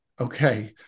okay